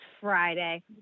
Friday